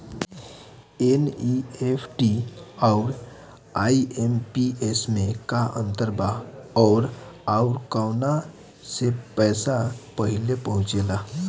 NEFT आउर IMPS मे का अंतर बा और आउर कौना से पैसा पहिले पहुंचेला?